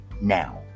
now